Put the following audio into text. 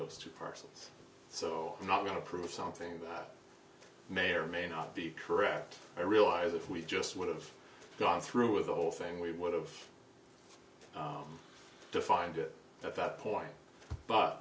those two parcels so i'm not going to prove something that may or may not be correct i realize if we just would have gone through with the whole thing we would have to find it at that point but